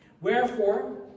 Wherefore